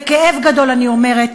בכאב גדול אני אומרת,